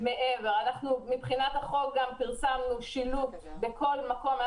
לפי החוק, פרסמנו שילוט בכל מקום.